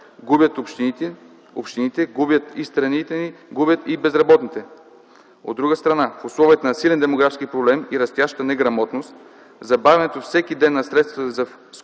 Губят общините, губят и страните ни, губят и безработните. От друга страна, в условията на силен демографски проблем и растяща неграмотност, забавянето всеки ден на средствата за включване